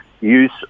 use